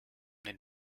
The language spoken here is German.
den